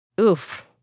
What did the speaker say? Oof